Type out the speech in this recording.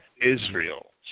Israel